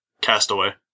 Castaway